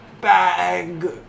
bag